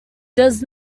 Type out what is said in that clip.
does